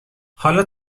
حالا